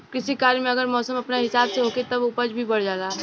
कृषि कार्य में अगर मौसम अपना हिसाब से होखी तब उपज भी बढ़ जाला